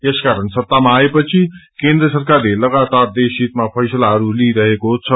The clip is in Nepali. यसकारण सत्तामा आएपछि केन्द्र सरकारले लगातार देशहितमा फैसलाहरू लिइरहेको छ